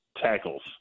tackles